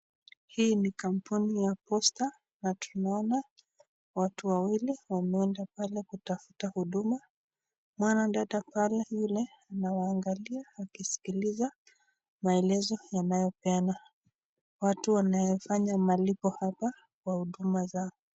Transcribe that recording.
Hii ni kampuni ya Posta na tunaona watu wawili wameenda pale kutafuta huduma. Mwanadada pale yule anawaangalia akisikiliza maelezo yanayopeana. Watu wanaofanya malipo hapa kwa huduma zao.